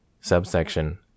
Subsection